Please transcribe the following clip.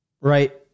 right